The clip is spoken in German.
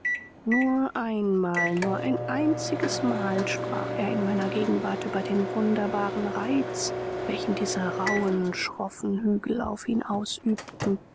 nur einmal nur ein einziges mal sprach er in meiner gegenwart über den wunderbaren reiz welchen diese rauhen schroffen hügel auf ihn ausübten